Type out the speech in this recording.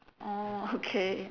orh okay